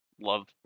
love